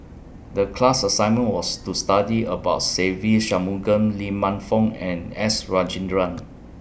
The class assignment was to study about Se Ve Shanmugam Lee Man Fong and S Rajendran